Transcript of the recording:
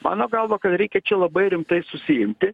mano galva kad reikia čia labai rimtai susiimti